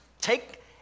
take